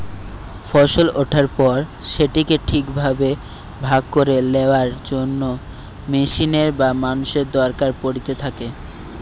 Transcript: ফসল ওঠার পর সেটিকে ঠিক ভাবে ভাগ করে লেয়ার জন্য মেশিনের বা মানুষের দরকার পড়িতে থাকে